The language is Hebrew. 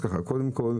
קודם כל,